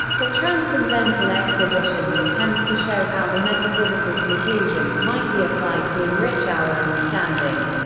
the transcendental expositions attempt to show how the metaphysical conclusions might be applied to enrich our understanding.